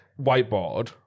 whiteboard